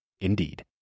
Indeed